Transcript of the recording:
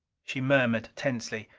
she murmured tensely,